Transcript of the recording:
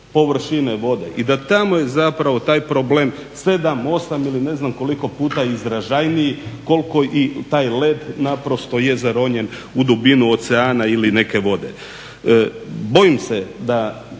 površine vode i da tamo je zapravo taj problem, 7, 8 ili ne znam koliko puta izražajniji, koliko i taj led naprosto je zaronjen u dubinu oceana ili neke vode. Bojim se da